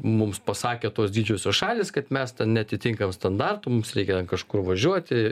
mums pasakė tos didžiosios šalys kad mes neatitinkam standartų mums reikia kažkur važiuoti